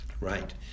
Right